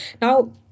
now